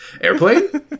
airplane